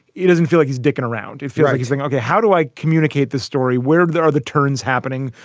it doesn't feel like he's dicking around. if you're i think i'll go how do i communicate this story where there are the turns happening?